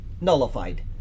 nullified